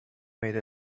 made